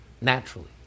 naturally